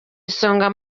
isonga